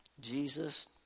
Jesus